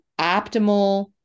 optimal